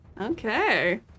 Okay